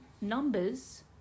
numbers